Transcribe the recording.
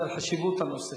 בגלל חשיבות הנושא.